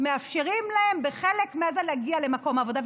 מאפשרים להן בחלק מהזמן להגיע למקום העבודה,